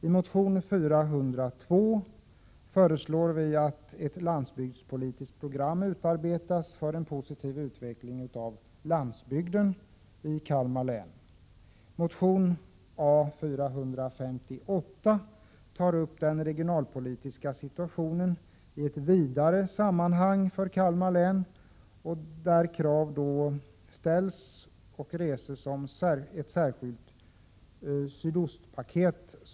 I motion A402 föreslår Gösta Andersson och jag att ett landsbygdspolitiskt program utarbetas för en positiv utveckling av landsbygden i Kalmar län. I motion A458 berör Gösta Andersson och jag den regionalpolitiska situationen i Kalmar län, och då i ett vidare sammanhang. Vi kräver ett särskilt sydostpaket.